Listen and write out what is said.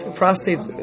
prostate